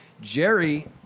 Jerry